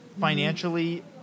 financially